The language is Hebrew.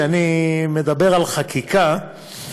כשאני מדבר על חקיקה,